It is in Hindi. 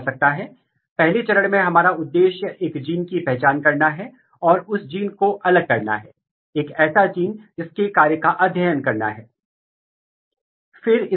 अब इसलिए हमारे पास एक जीन है हमारे पास इसका कार्य है हम जानते हैं कि जब हम इस जीन को डाउन रेगुलेट करते हैं या जब हम इस जीन को साइलेंट करते हैं तो इस जीन के किस प्रकार के फेनोटाइप हैं